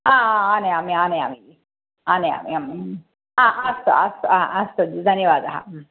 हा आनयामि आनयामि आनयामि हा अस्तु अस्तु हा अस्तु जि धन्यवादः